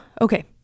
Okay